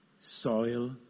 soil